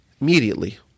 Immediately